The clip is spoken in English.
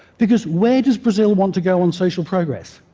because where does brazil want to go on social progress?